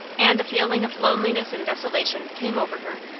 and a feeling of loneliness and desolation came over her.